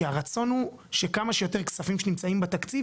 שהרצון הוא שכמה שיותר כספים שנמצאים בתקציב,